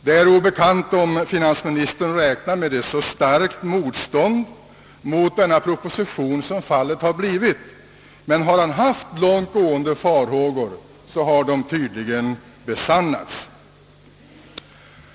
Det är obekant om finansministern räknade med så starkt motstånd mot propositionen som fallet har blivit, men har han haft långt gående farhågor i det avseendet så har de tydligen besannats.